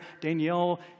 Danielle